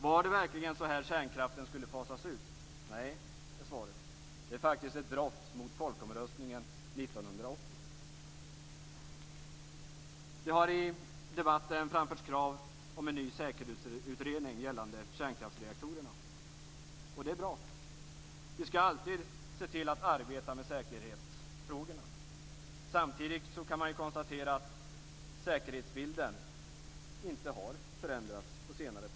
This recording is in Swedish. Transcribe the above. Var det verkligen så kärnkraften skulle fasas ut? Nej, är svaret. Det är faktiskt ett brott mot folkomröstningen år Det har i debatten framförts krav om en ny säkerhetsutredning gällande kärnkraftsreaktorerna. Det är bra. Vi skall alltid se till att arbeta med säkerhetsfrågorna. Samtidigt kan man konstatera att säkerhetsbilden inte har förändrats på senare tid.